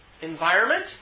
environment